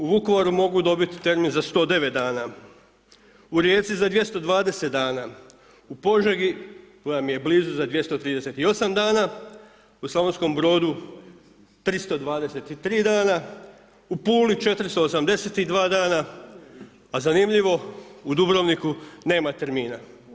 U Vukovaru mogu dobiti termin za 109 dana, u Rijeci za 220 dana, u Požegi, koja mi je blizu za 238 dana, u Slavonskom Brodu 323 dana, u Puli 482 dana a zanimljivo u Dubrovniku nema termina.